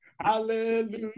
Hallelujah